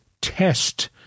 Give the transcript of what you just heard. test